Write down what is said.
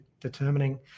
determining